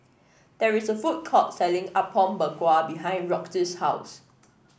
there is a food court selling Apom Berkuah behind Roxie's house